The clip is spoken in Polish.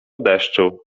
deszczu